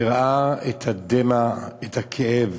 וראה את הדמע, את הכאב,